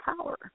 power